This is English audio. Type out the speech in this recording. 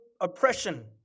oppression